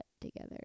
together